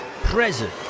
present